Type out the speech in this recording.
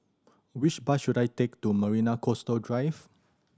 which bus should I take to Marina Coastal Drive